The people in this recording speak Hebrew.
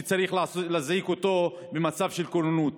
שבה צריך להזעיק אותו במצב של כוננות.